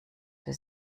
für